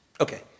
Okay